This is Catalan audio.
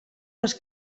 les